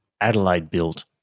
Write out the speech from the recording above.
Adelaide-built